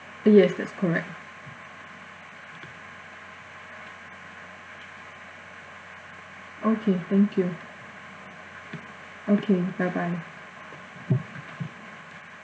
yes that's correct okay thank you okay bye bye